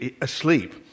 asleep